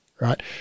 Right